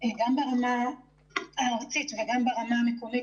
גם ברמה הארצית וגם ברמה המקומית,